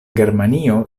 germanio